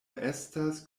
estas